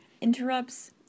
interrupts